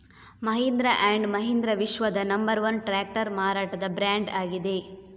Mahindra and Mahindra ವಿಶ್ವದ number one tractor ಮಾರಾಟದ brand ಆಗಿದೆ